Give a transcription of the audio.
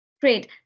Great